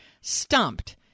stumped